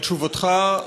על תשובתך,